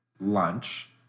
lunch